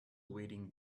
wading